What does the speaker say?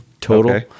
total